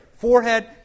Forehead